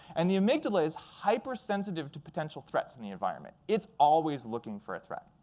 and the amygdala is hypersensitive to potential threats in the environment. it's always looking for a threat.